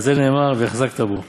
ועל זה נאמר 'והחזקת בו'.